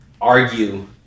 argue